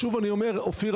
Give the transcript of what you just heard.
שוב אני אומר אופיר,